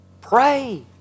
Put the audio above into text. Pray